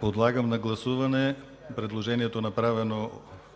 Подлагам на гласуване предложението, направено